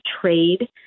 trade